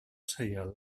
saial